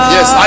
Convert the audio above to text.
Yes